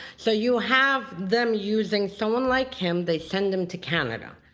so you have them using someone like him. they send him to canada,